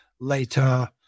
later